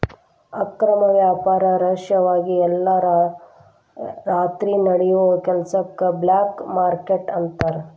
ಅಕ್ರಮ ವ್ಯಾಪಾರ ರಹಸ್ಯವಾಗಿ ಎಲ್ಲಾ ರಾತ್ರಿ ನಡಿಯೋ ಕೆಲಸಕ್ಕ ಬ್ಲ್ಯಾಕ್ ಮಾರ್ಕೇಟ್ ಅಂತಾರ